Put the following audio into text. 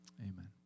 Amen